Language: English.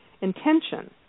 intention